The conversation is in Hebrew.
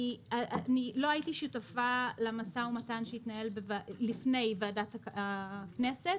אני לא הייתי שותפה למשא ומתן שהתנהל לפני ועדת הכנסת,